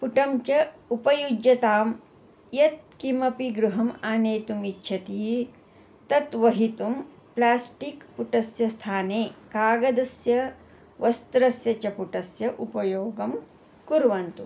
पुटं च उपयुज्यतां यत्किमपि गृहम् आनेतुम् इच्छति तत् वहितुं प्लास्टिक् पुटस्य स्थाने कागदस्य वस्त्रस्य च पुटस्य उपयोगं कुर्वन्तु